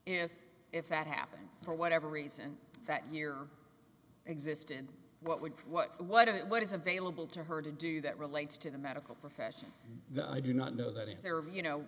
and if that happened for whatever reason that mere existence what would what what it what is available to her to do that relates to the medical profession that i do not know that if there are you know